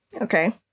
Okay